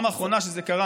הפעם האחרונה שזה קרה,